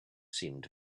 seemed